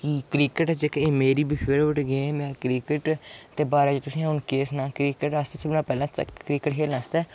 कि क्रिकेट जेह्का एह् मेरी बी फेवरट गेम ऐ क्रिकेट दे बारे च तुसें ई अ'ऊं केह् सनां क्रिकेट आस्तै सारें कोला पैह्लें क्रिकेट खेढने आस्तै